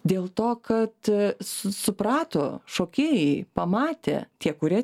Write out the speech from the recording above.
dėl to kad su suprato šokėjai pamatė tie kurie